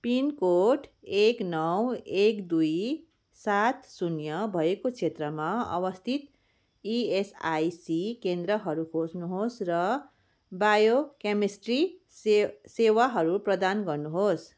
pin code एक नौ एक दुई सात शून्य भएको क्षेत्रमा अवस्थित इएसआइसी केन्द्रहरू खोज्नुहोस् र बायोकेमिस्ट्री सेवाहरू प्रदान गर्नुहोस्